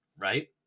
right